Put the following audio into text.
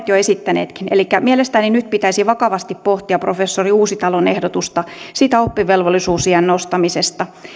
jo monet esittäneetkin elikkä mielestäni nyt pitäisi vakavasti pohtia professori uusitalon ehdotusta oppivelvollisuusiän nostamisesta